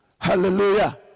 Hallelujah